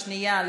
והשנייה,